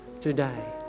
today